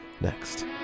Next